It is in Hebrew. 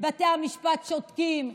בתי המשפט שותקים,